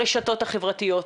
הרשתות החברתיות,